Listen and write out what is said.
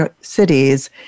cities